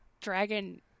dragon